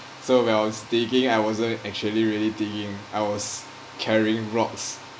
so when I was digging I wasn't actually really digging I was carrying rocks